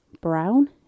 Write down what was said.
Brown